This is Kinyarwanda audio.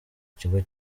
kigo